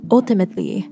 Ultimately